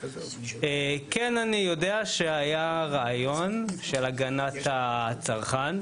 אני כן יודע שהיה רעיון של הגנת הצרכן,